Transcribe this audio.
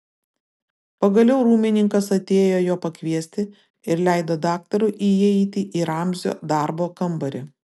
pagaliau rūmininkas atėjo jo pakviesti ir leido daktarui įeiti į ramzio darbo kambarį